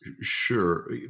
Sure